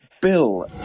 Bill